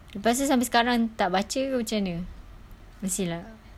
lepastu sampai sekarang tak baca macam mana mesti lah